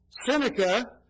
Seneca